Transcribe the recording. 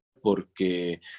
porque